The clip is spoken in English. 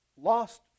lost